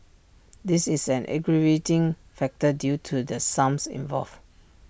this is an aggravating factor due to the sums involved